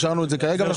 השארנו את זה כרגע.